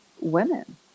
women